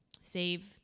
save